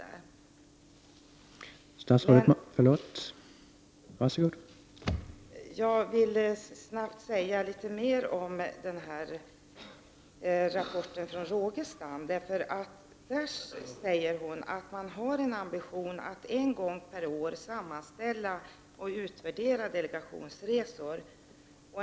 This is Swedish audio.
Christina Rogestam säger i sin rapport att man har ambitionen att en gång per år sammanställa och utvärdera delegationsresor.